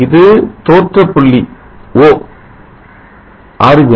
இது தோற்றப் புள்ளி 0